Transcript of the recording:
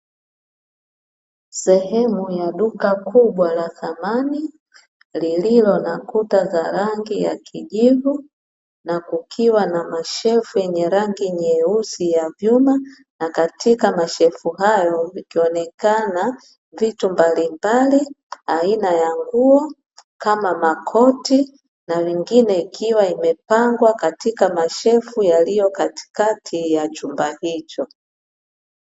Sehemu ya duka kubwa la thamani, lililo na kuta za rangi ya kijivu na kukiwa na mashelfu yenye rangi nyeusi ya vyuma na katika mashelfu hayo, vikionekana vitu mbalimbali aina ya nguo kama makoti na vingine, ikiwa imepangwa katika mashelfu yaliyo katikati ya chumba hicho.